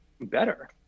better